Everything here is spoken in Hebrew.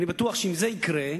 אני בטוח שאם זה יקרה,